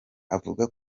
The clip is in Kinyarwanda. avuga